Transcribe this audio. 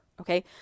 okay